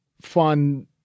fun